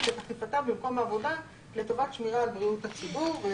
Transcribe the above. ואת אכיפתם במקום העבודה לטובת שמירה על בריאות הציבור.